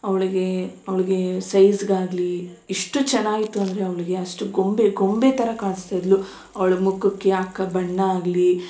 ಅವಳಿಗೆ ಅವ್ಳಿಗೇ ಸೈಝ್ಗಾಗಲಿ ಎಷ್ಟು ಚೆನ್ನಾಗಿತ್ತು ಅಂದರೆ ಅವ್ಳಿಗೆ ಅಷ್ಟು ಗೊಂಬೆ ಗೊಂಬೆ ಥರ ಕಾಣಿಸ್ತಾ ಇದ್ದಳು ಅವ್ಳ ಮುಖಕ್ಕೆ ಹಾಕ ಬಣ್ಣ ಆಗಲಿ